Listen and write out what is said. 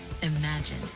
Imagine